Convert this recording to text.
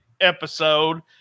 episode